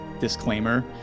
disclaimer